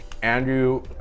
Andrew